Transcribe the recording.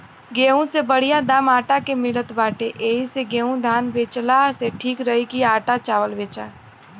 गेंहू से बढ़िया दाम आटा के मिलत बाटे एही से गेंहू धान बेचला से ठीक रही की आटा चावल बेचा